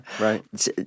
right